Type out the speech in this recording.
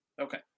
Okay